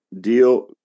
deal